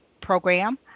program